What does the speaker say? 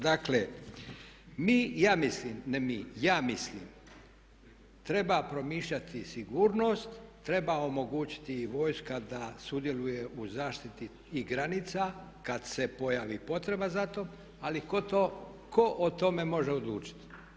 Dakle mi, ja mislim, ne mi, ja mislim treba promišljati sigurnost, treba omogućiti i vojska da sudjeluje u zaštiti i granica kad se pojavi potreba za to, ali tko o tome može odlučiti.